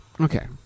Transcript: Okay